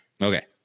Okay